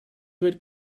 dweud